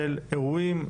של אירועים,